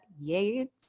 Yates